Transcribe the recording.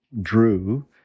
drew